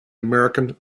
american